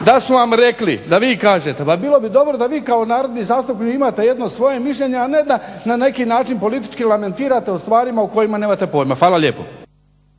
da su vam rekli da vi kažete. Ma bilo bi dobro da vi kao narodni zastupnik imate jedno svoje mišljenje, a ne da na neki način politički lamentirate u stvarima o kojima nemate pojma. Hvala lijepo.